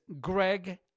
greg